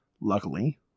luckily